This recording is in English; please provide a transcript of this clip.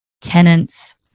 tenants